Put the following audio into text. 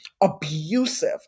abusive